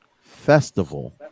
festival